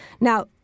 Now